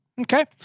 Okay